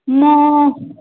ମୁଁ